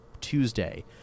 Tuesday